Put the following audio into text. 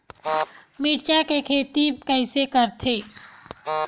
मिरचा के खेती कइसे करथे?